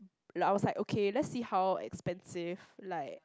like I was like okay let's see how expensive like